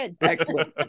Excellent